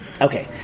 Okay